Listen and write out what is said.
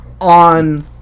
on